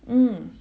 mm